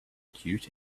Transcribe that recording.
cute